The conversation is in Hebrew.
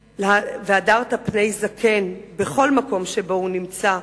ל"והדרת פני זקן" בכל מקום שבו הוא נמצא,